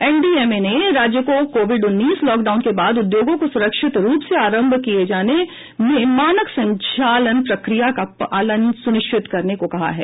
NDMA ने राज्यों को कोविड उन्नीस लॉकडाउन के बाद उद्योगों को सुरक्षित रूप से आरंभ किये जाने में मानक संचालन प्रक्रिया का पालन सुनिशिचत करने को कहा है